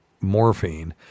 Morphine